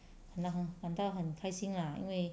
感到感到很开心 lah 因为